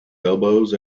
elbows